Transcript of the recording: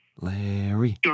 Larry